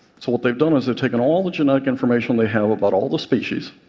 so what they've done is ah taken all the genetic information they have about all the species,